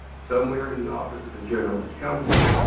somewhere in the office of the general counsel,